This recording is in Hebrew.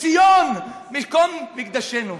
ציון מקום מקדשנו.